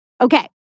Okay